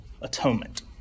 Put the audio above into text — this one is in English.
atonement